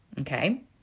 Okay